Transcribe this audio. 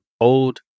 old